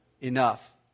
enough